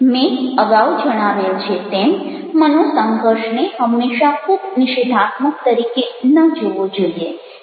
મેં અગાઉ જણાવેલ છે તેમ મનોસંઘર્ષને હંમેશા ખૂબ નિષેધાત્મક તરીકે ન જોવો જોઈએ